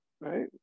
Right